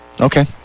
Okay